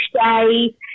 day